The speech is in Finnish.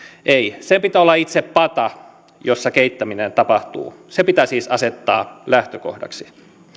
ei sen pitää olla itse pata jossa keittäminen tapahtuu se pitää siis asettaa lähtökohdaksi